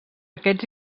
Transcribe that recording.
aquests